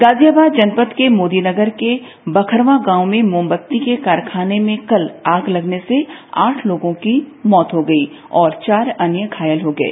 गाजियाबाद जनपद के मोदीनगर के बखरवा गांव में मोमबत्ती के कारखाने में कल आग लगने से आठ लोगों की मौत हो गई और चार अन्य घायल हो गए